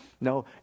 No